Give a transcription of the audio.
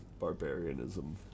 barbarianism